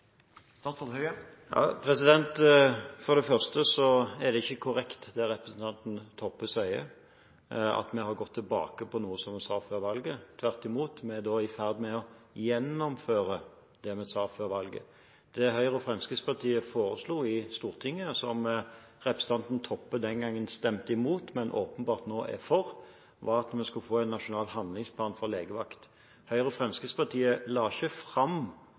For det første er det ikke korrekt det representanten Toppe sier, at vi har gått tilbake på noe som vi sa før valget. Tvert imot, vi er nå i ferd med å gjennomføre det vi sa før valget. Det Høyre og Fremskrittspartiet foreslo i Stortinget, som representanten Toppe den gangen stemte imot, men åpenbart nå er for, var at vi skulle få en nasjonal handlingsplan for legevakt. Høyre og Fremskrittspartiet la ikke fram